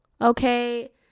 Okay